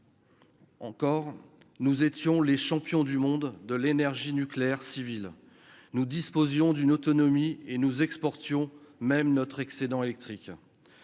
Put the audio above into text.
Encore, nous étions les champions du monde de l'énergie nucléaire civile, nous disposions d'une autonomie et nous exportations même notre excédent électrique,